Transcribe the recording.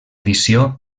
edició